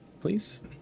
please